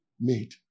made